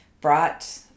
brought